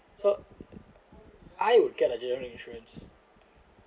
so I would get a general insurance